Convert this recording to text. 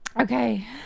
Okay